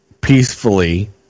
peacefully